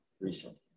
recently